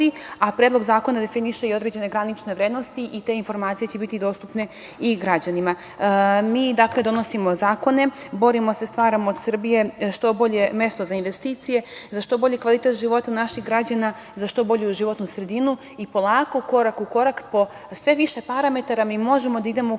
a Predlog zakona definiše i određene granične vrednosti i te informacije će biti dostupne i građanima. Dakle, mi donosimo zakone, borimo se i stvaramo od Srbije što bolje mesto za investicije, za što bolji kvalitet života naših građana, za što bolju životnu sredinu i polako, korak u korak, po sve više parametara mi možemo da idemo u